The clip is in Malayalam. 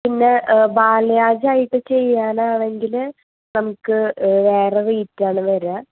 പിന്നെ ബാലയാജ് ആയിട്ട് ചെയ്യാനാണെങ്കിൽ നമുക്ക് വേറെ റേറ്റ് ആണ് വരിക